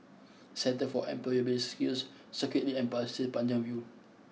Centre for Employability Skills Circuit Link and Pasir Panjang View